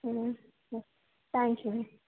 ಹ್ಞೂ ಹ್ಞೂ thank you ma'am